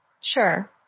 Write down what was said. Sure